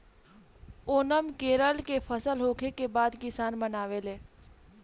ओनम केरल में फसल होखे के बाद किसान मनावेले